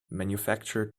manufactured